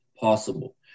possible